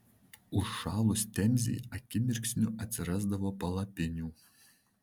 užšalus temzei akimirksniu atsirasdavo palapinių